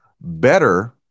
better